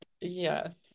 Yes